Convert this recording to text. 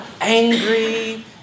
angry